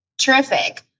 Terrific